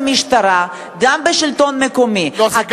לגבי בתי-המשפט, או בית-המשפט העליון, או בג"ץ,